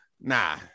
nah